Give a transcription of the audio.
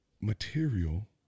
material